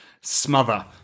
smother